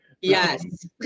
Yes